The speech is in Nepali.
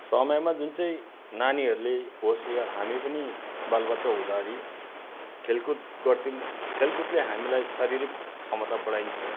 समयमा जुन चाहिँ नानीहरूले होस् वा हामी पनि बाल बच्चा हुँदाखेरि खेलकुद गर्थ्यौँ खेलकुदले हामीलाई शारीरिक क्षमता बढाइदिन्छ